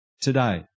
today